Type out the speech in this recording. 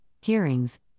hearings